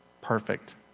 perfect